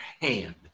hand